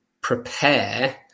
prepare